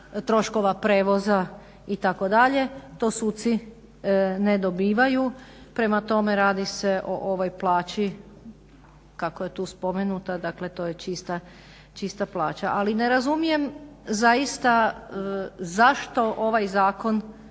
troškova prijevoza itd. to suci ne dobivaju. Prema tome radi se o ovoj plaći kako je tu spomenuta dakle to je čista plaća. Ali ne razumijem zaista zašto ovaj zakon